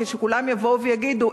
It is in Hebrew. כשכולם יבואו ויגידו,